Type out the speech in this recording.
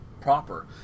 proper